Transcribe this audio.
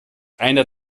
einer